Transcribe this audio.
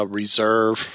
reserve